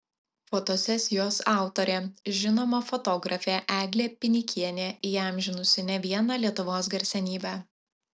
fotosesijos autorė žinoma fotografė eglė pinikienė įamžinusi ne vieną lietuvos garsenybę